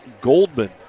Goldman